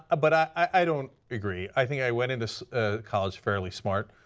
but i i don't agree, i think i went into college fairly smart,